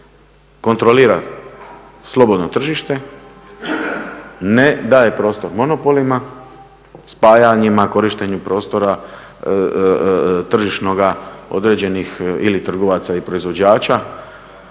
kontrolira slobodno tržište, ne daje prostor monopolima, spajanjima, korištenju prostora tržišnoga, određenih ili trgovaca i proizvođača